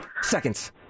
seconds